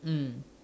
mm